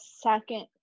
second